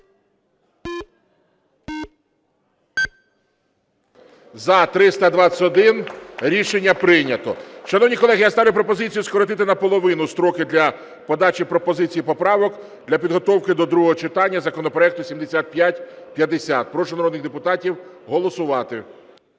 За-321 Рішення прийнято. Шановні колеги, я ставлю пропозицію скоротити наполовину строки для подачі пропозицій, поправок для підготовки до другого читання законопроекту 7550. Прошу народних депутатів голосувати.